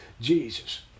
Jesus